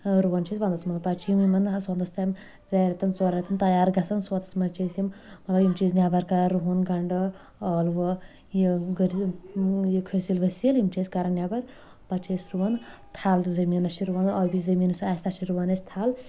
رُوان چھِ أسۍ ونٛدس منٛز پتہٕ چھِ یِم یِمن حظ سونتس تانۍ ترٛٮ۪ن رٮ۪تن ژۄن رٮ۪تن تیار گژھان سونتس منٛز چھِ أسۍ یِم مطلب یِم چھِ نٮ۪بر کڑان رُہن گنٛڈٕ ٲلوٕ یہِ کھٕسل ؤسِل یِم چھِ أسۍ کران نٮ۪بر پتہٕ چھِ أسۍ رُوان تھل زٔمیٖنس چھِ رُوان ٲبی زٔمیٖن یُس آسہِ تتھ چھِ رُوان أسۍ تھل